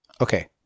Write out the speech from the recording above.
Okay